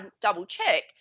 double-check